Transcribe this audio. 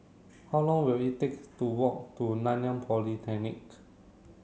how long will it take to walk to Nanyang Polytechnic